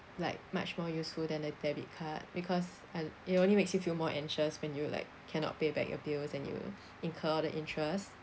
like much more useful than a debit card because uh it only makes you feel more anxious when you like cannot pay back your bills and you incur all the interest